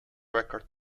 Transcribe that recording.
record